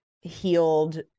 healed